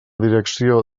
direcció